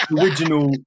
Original